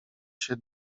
się